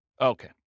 Okay